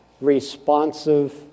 responsive